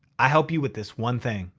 i help you with this one thing.